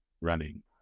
running